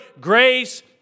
grace